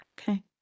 Okay